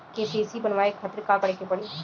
KCC बनवावे खातिर का करे के पड़ी?